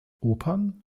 opern